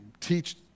teach